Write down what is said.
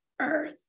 earth